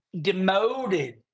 demoted